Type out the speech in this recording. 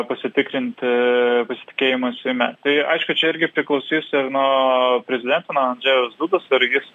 pasitikrinti pasitikėjimą seime tai aišku čia irgi priklausys ir nuo prezidento nuo andžejaus dudos ar jis